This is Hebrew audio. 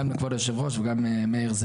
גם לכבוד היושב ראש וגם מאיר,